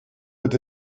hat